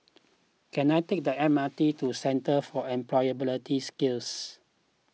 can I take the M R T to Centre for Employability Skills